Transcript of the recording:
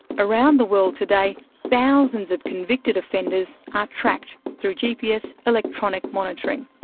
around the world today thousands of convicted offenders are tracked, through gps electronic monitoring.